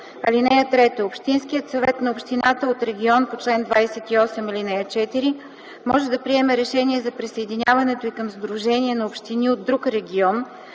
депо. (3) Общинският съвет на община от регион по чл. 28, ал. 4 може да приеме решение за присъединяването й към сдружение на общини от друг регион,